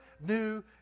new